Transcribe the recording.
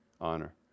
Honor